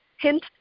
hint